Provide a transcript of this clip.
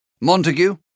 Montague